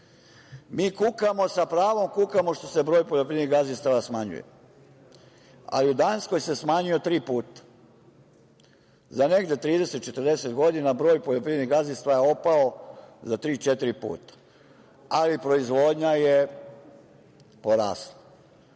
kukamo, sa pravom kukamo što se broj poljoprivrednih gazdinstava smanjuje, ali u Danskoj se smanjio tri puta. Za negde 30, 40 godina broj poljoprivrednih gazdinstava je opao za tri, četiri puta, ali proizvodnja je porasla. Danska